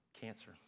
cancer